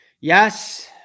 Yes